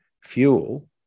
fuel